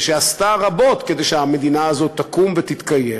ושעשתה רבות כדי שהמדינה הזאת תקום ותתקיים,